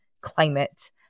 climate